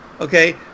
okay